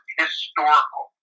historical